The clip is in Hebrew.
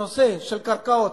על קרקעות,